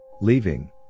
Leaving